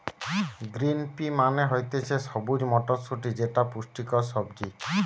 green pea মানে হতিছে সবুজ মটরশুটি যেটা পুষ্টিকর সবজি